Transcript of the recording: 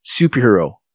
superhero